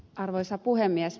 arvoisa puhemies